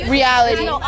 Reality